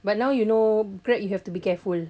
but now you know grab you have to be careful